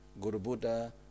Guru-Buddha